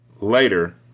Later